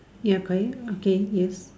ya correct okay yes